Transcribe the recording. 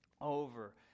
over